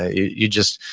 you just,